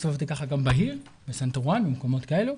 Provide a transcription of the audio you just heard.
הסתובבתי ככה גם בעיר, בסנטר 1, במקומות כאלו.